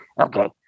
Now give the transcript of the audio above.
Okay